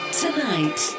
Tonight